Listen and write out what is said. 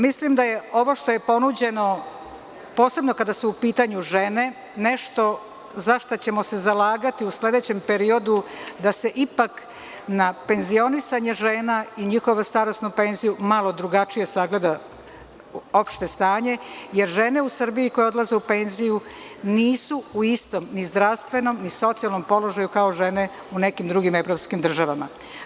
Mislim da je ovo što je ponuđeno, posebno kada su u pitanju žene, nešto za šta ćemo se zalagati u sledećem periodu, da se ipak na penzionisanje žena i njihovu starosnu penziju malo drugačije sagleda opšte stanje, jer žene u Srbiji koje odlaze u penziju nisu u istom ni zdravstvenom, ni socijalnom položaju kao žene u nekim drugim evropskim državama.